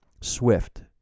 swift